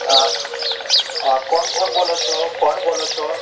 અ અ કોણ કોણ બોલો છો કોણ બોલો છો